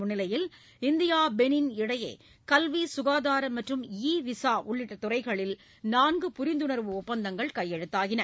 முன்னிலையில் India Benin இடையே கல்வி சுகாதாரம் மற்றும் இ விசா உள்ளிட்ட துறைகளில் நான்கு புரிந்துணா்வு ஒப்பந்தங்கள் கையெழுத்தாயின